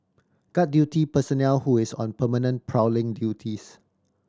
guard duty personnel who is on permanent prowling duties